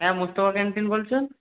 হ্যাঁ মুক্ত ক্যান্টিন বলছ